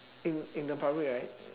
in in the public right